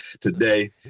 today